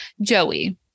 Joey